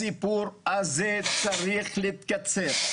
הסיפור הזה צריך להתקצר.